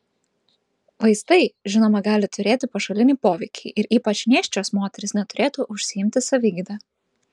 vaistai žinoma gali turėti pašalinį poveikį ir ypač nėščios moterys neturėtų užsiimti savigyda